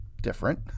different